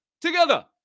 together